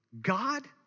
God